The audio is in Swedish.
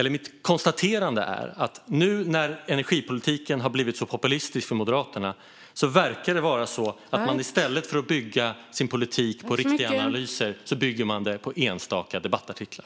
Mitt konstaterande är att nu när energipolitiken har blivit så populistisk för Moderaterna verkar det var så att man i stället för att bygga sin politik på riktiga analyser bygger den på enstaka debattartiklar.